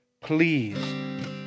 Please